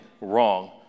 wrong